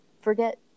forget